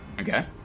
Okay